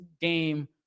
game